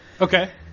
Okay